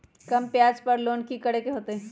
कम ब्याज पर लोन की करे के होतई?